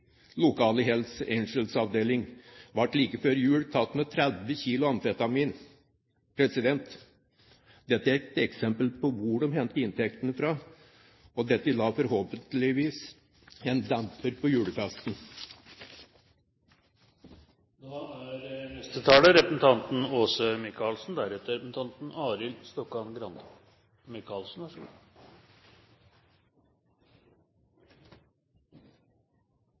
like før jul tatt med 30 kg amfetamin. Dette er et eksempel på hvor de henter inntektene fra, og dette la forhåpentligvis en demper på julefesten. Som Stortinget sikkert har merket seg, er